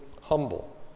humble